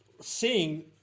seeing